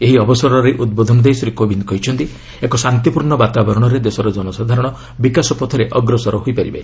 ଏହି ଅବସରରେ ଉଦ୍ବୋଧନ ଦେଇ ଶ୍ରୀ କୋବିନ୍ଦ କହିଛନ୍ତି ଏକ ଶାନ୍ତିପୂର୍ଣ୍ଣ ବାତାବରଣରେ ଦେଶର ଜନସାଧାରଣ ବିକାଶ ପଥରେ ଅଗ୍ରସର ହୋଇପାରିବେ